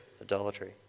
adultery